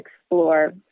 explore